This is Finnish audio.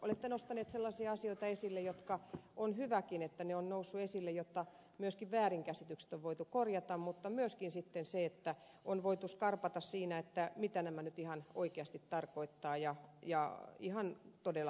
olette nostaneet sellaisia asioita esille että on hyväkin että ne ovat nousseet esille jotta myöskin väärinkäsitykset on voitu korjata mutta myöskin sitten on voitu skarpata siinä mitä nämä nyt ihan oikeasti tarkoittavat ja ihan todella hyvä asia